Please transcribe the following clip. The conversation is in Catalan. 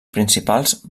principals